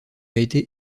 été